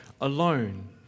alone